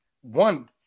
one